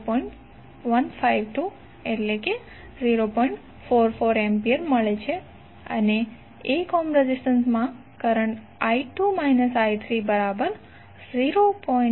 44A અને 1 ohm resistance માં current I2 − I3 0